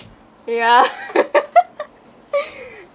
ya